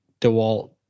Dewalt